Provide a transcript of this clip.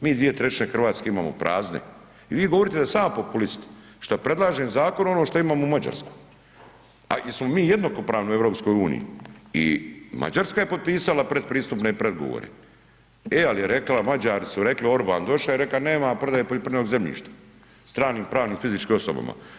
Mi 2/3 Hrvatske imamo prazne i vi govorite da sam ja populist šta predlažem zakon ono što imamo u Mađarskoj, a jesmo mi jednakopravni u EU i Mađarska je potpisala pretpristupne pregovore, e ali je rekla, Mađari su rekli, Orban doša i reka nema prodaje poljoprivrednog zemljišta stranim pravnim i fizičkim osobama.